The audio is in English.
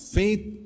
faith